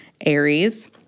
Aries